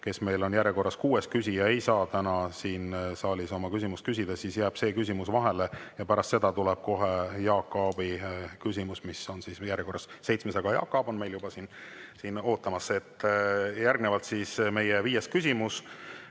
kes meil on järjekorras kuues küsija, ei saa täna siin saalis oma küsimust küsida, siis jääb see küsimus vahele, ja pärast seda tuleb kohe Jaak Aabi küsimus, mis on järjekorras seitsmes. Jaak Aab on meil juba ootamas. Aitäh, proua terviseminister!